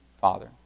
father